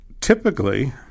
typically